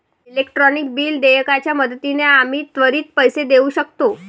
electronic bill देयकाच्या मदतीने आम्ही त्वरित पैसे देऊ शकतो